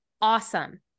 awesome